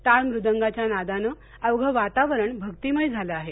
टाळ मृदंगाच्या नादानं अवघं वातावरण भक्तिमय झालं आहे